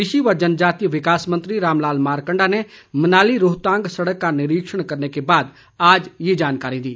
कृषि य जनजातीय विकास मंत्री रामलाल मारकंडा ने मनाली रोहतांग सड़क का निरीक्षण करने के बाद आज ये जानकारी दी